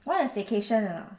wanna staycation or not